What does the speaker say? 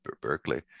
Berkeley